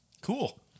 Cool